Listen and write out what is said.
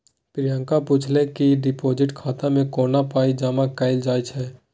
प्रियंका पुछलकै कि डिपोजिट खाता मे कोना पाइ जमा कयल जाइ छै